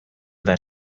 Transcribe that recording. that